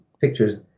pictures